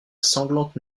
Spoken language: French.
sanglante